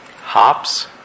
Hops